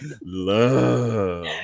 Love